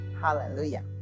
hallelujah